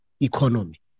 economy